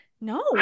No